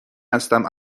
هستم